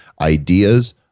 ideas